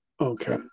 Okay